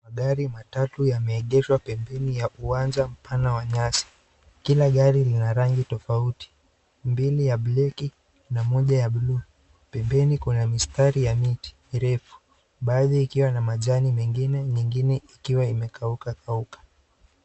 Magari matatu yameegeshwa pembeni ya uwanja mpana wa nyasi. Kila gari lina rangi tofauti. Mbili ya bleki na moja ya bluu. Pembeni kuna mistari ya mti mirefu baadhi ikiwa na majani mengine ikiwa imekauka.